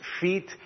feet